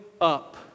up